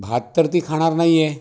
भात तर ती खाणार नाही आहे